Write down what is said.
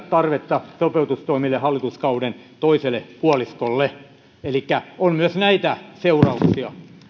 tarvetta sopeutustoimille hallituskauden toiselle puoliskolle elikkä on myös näitä seurauksia